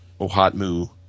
Ohatmu